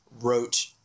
wrote